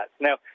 Now